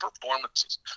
performances